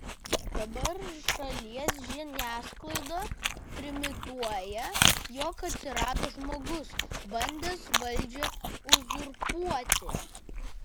dabar šalies žiniasklaida trimituoja jog atsirado žmogus bandęs valdžią uzurpuoti